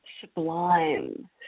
sublime